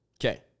Okay